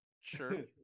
sure